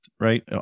right